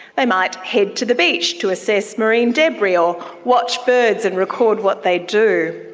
they might head to the beach to assess marine debris or watch birds and record what they do.